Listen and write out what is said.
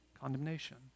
condemnation